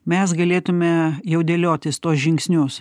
mes galėtume jau dėliotis tuos žingsnius